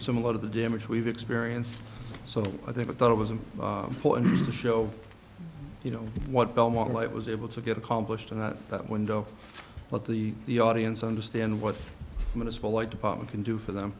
similar to the damage we've experienced so i think i thought it was a point to show you know what belmont light was able to get accomplished and that that window but the the audience understand what's going to fall like department can do for them